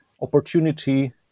opportunity